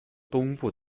东部